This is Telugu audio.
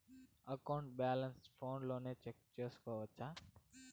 అకౌంట్ బ్యాలెన్స్ ఫోనులో చెక్కు సేసుకోవచ్చా